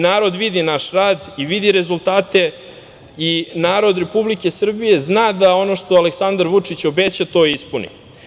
Narod vidi naš rad i vidi rezultate i narod Republike Srbije zna da ono što Aleksandar Vučić obeća to i ispuni.